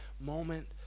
moment